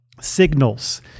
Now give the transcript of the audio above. signals